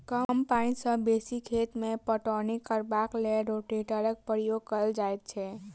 कम पाइन सॅ बेसी खेत मे पटौनी करबाक लेल रोटेटरक प्रयोग कयल जाइत छै